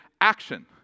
action